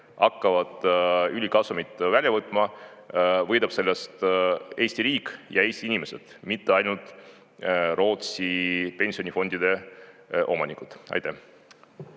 hakkavad ülikasumit välja võtma, võidab sellest Eesti riik ja Eesti inimesed, mitte ainult Rootsi pensionifondide omanikud. Vadim